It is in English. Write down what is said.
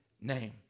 name